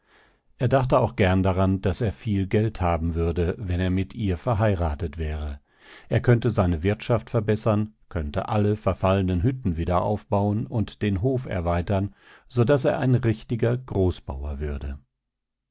er dachte auch gern daran daß er viel geld haben würde wenn er mit ihr verheiratet wäre er könnte seine wirtschaft verbessern könnte alle verfallnen hütten wieder aufbauen und den hof erweitern so daß er ein richtiger großbauer würde